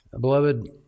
beloved